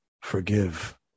Forgive